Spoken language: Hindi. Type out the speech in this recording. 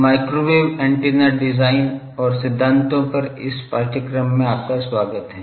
माइक्रोवेव एंटीना डिज़ाइन और सिद्धांतों पर इस पाठ्यक्रम में आपका स्वागत है